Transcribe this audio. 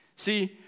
See